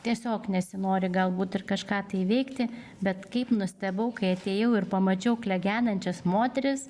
tiesiog nesinori galbūt ir kažką tai veikti bet kaip nustebau kai atėjau ir pamačiau klegenančias moteris